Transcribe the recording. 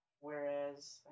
whereas